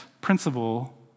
principle